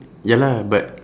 ya lah but